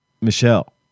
Michelle